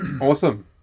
Awesome